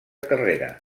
carrera